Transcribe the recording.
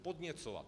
Podněcovat.